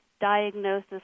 diagnosis